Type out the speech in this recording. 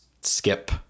skip